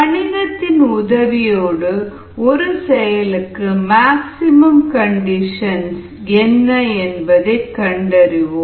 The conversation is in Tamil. கணிதத்தின் உதவியோடு ஒரு செயலுக்கு மேக்ஸிமம் கண்டிஷன்ஸ் என்ன என்பதை கண்டறிவோம்